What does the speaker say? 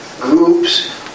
groups